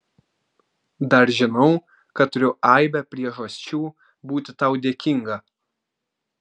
dar žinau kad turiu aibę priežasčių būti tau dėkinga